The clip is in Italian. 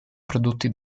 prodotti